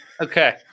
Okay